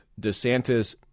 DeSantis